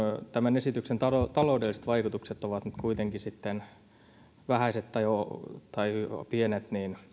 tämän esityksen taloudelliset vaikutukset ovat kuitenkin sitten vähäiset tai tai pienet